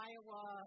Iowa